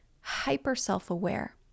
hyper-self-aware